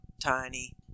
tiny